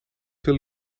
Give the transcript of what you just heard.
veel